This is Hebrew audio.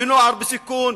ונוער בסיכון,